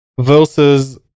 versus